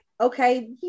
okay